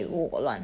mmhmm